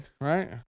right